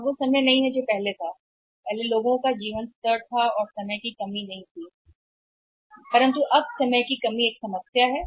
यह वह समय नहीं है जब पहले था तब लोगों का जीवन स्थिर था और कुछ भी नहीं था समय की कमी है समय की कोई कमी नहीं है अब समय समस्या है